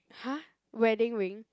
!huh! wedding ring